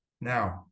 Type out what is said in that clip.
Now